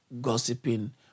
gossiping